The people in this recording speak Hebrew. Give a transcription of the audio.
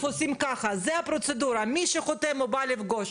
מה קורה פה כשהם באים בלי שום תמח"פ,